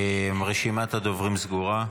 רשימת הדוברים סגורה.